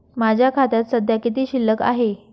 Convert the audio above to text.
माझ्या खात्यात सध्या किती शिल्लक आहे?